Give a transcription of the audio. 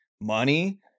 money